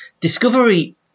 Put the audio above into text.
Discovery